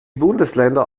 bundesländer